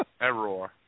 Error